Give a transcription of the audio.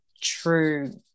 true